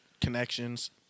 connections